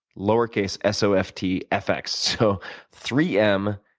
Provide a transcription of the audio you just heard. lower case s o f t f x. so three m,